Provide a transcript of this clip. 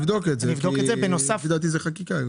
אז תבדוק את זה, לפי דעתי זה בחקיקה.